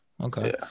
Okay